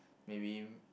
maybe